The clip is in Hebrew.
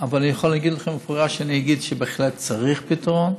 אבל אני יכול להגיד לכם במפורש: אני אגיד שבהחלט צריך פתרון.